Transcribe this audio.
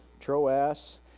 Troas